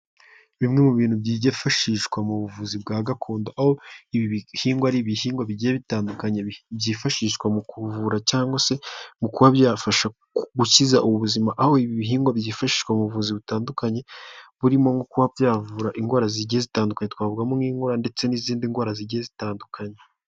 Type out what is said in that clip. Bimwe mu bintu byifashishwa mu buvuzi bwa gakondo, aho ibi bihingwa ari ibihingwa bigiye bitandukanye byifashishwa mu kuvura cyangwa se mu kuba byafasha gukiza ubuzima, aho ibi bihingwa byifashishwa mu buvuzi butandukanye, burimo nko kuba byavura indwara zigiye zitandukanye twavugamo nk'inkorora ndetse n'izindi ndwara zigiye zitandukanye.